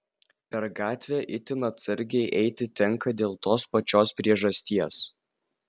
per gatvę itin atsargiai eiti tenka dėl tos pačios priežasties